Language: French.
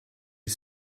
est